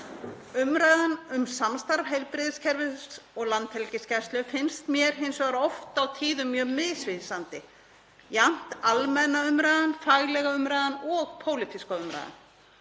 Umræðan um samstarf heilbrigðiskerfisins og Landhelgisgæslu finnst mér hins vegar oft á tíðum mjög misvísandi, jafnt almenna umræðan, faglega umræðan og pólitísk umræðan,